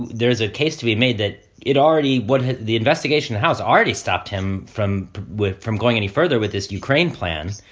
there's a case to be made that it already. what the investigation has already stopped him from from going any further with this ukraine plan.